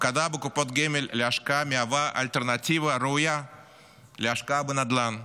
ההפקדה בקופות גמל להשקעה מהווה אלטרנטיבה ראויה להשקעה בנדל"ן,